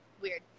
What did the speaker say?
weird